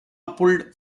pulled